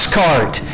cart